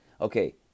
okay